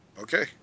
Okay